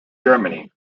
germany